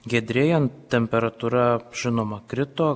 giedrėjant temperatūra žinoma krito